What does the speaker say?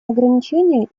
ограничения